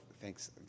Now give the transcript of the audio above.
thanks